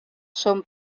són